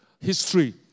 history